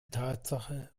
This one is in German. tatsache